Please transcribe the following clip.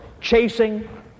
chasing